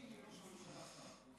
תבקשי מראש הממשלה,